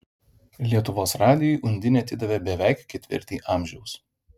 lietuvos radijui undinė atidavė beveik ketvirtį amžiaus